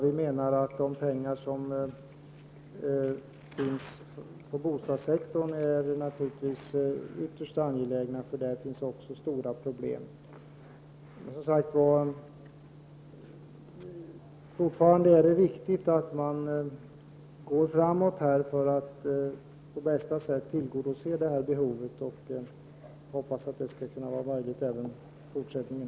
Vi menar att de pengar som satsats på bostadssektorn är ytterst angelägna, för där finns också stora behov. Som sagt var: Fortfarande är det viktigt att gå framåt här för att på bästa sätt tillgodose behovet. Jag hoppas att det skall kunna vara möjligt även i fortsättningen.